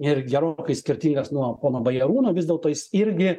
ir gerokai skirtingas nuo pono bajarūno vis dėlto jis irgi